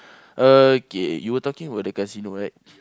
okay you were talking about the casino right